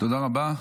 תודה רבה.